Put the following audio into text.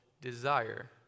desire